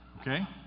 okay